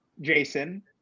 Jason